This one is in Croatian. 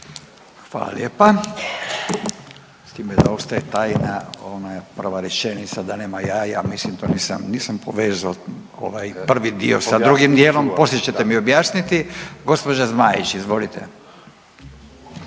Hvala lijepa. S time da ostaje tajna o ovome prva rečenica da nema jaja. Mislim nisam povezao prvi dio sa drugim dijelom, poslije ćete mi objasniti. Gospođa Zmaić, izvolite.